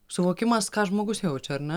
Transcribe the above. suvokimas ką žmogus jaučia ar ne